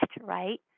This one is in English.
right